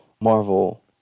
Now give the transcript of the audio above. marvel